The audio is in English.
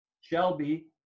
Shelby